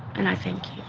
and i thank